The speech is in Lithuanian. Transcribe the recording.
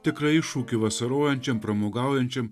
tikrą iššūkį vasarojančiam pramogaujančiam